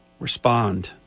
Respond